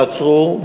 תעצרו,